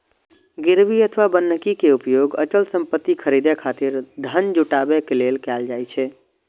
गिरवी अथवा बन्हकी के उपयोग अचल संपत्ति खरीदै खातिर धन जुटाबै लेल कैल जाइ छै